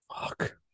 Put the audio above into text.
Fuck